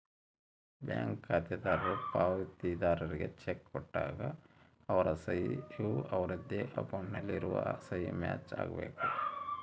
bank ಖಾತೆದಾರರು ಪಾವತಿದಾರ್ರಿಗೆ cheque ಕೊಟ್ಟಾಗ ಅವರ ಸಹಿ ಯು ಅವರದ್ದೇ ಅಕೌಂಟ್ ನಲ್ಲಿ ಇರುವ ಸಹಿಗೆ ಮ್ಯಾಚ್ ಆಗಬೇಕು